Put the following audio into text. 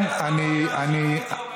יותר טוב לו לא היית מסביר.